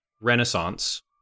Renaissance